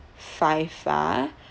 five ah